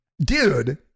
Dude